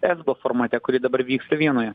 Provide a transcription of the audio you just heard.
esbo formate kuri dabar vyksta vienoje